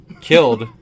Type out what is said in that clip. killed